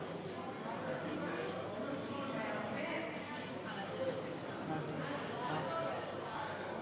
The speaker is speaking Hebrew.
הצעת חוק דין משמעתי במשטרת ישראל ובשירות